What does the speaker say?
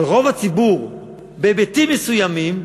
על רוב הציבור בהיבטים מסוימים,